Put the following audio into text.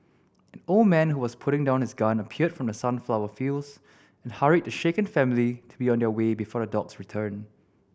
an old man who was putting down his gun appeared from the sunflower fields and hurried the shaken family to be on their way before the dogs return